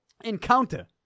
encounter